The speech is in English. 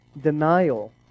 denial